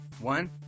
One